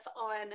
on